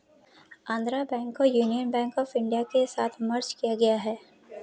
Andhra Bank को Union Bank of India के साथ मर्ज किया गया है